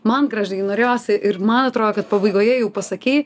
man gražvydai norėjosi ir man atrodo kad pabaigoje jau pasakei